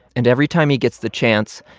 and every time he gets the chance,